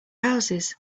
houses